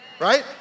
Right